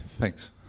Thanks